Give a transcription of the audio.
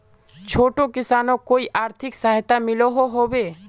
छोटो किसानोक कोई आर्थिक सहायता मिलोहो होबे?